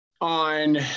on